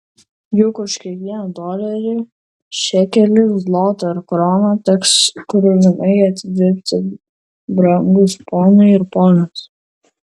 juk už kiekvieną dolerį šekelį zlotą ar kroną teks kruvinai atidirbti brangūs ponai ir ponios